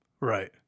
right